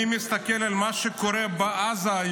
אני מסתכל על מה שקורה היום בעזה,